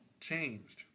changed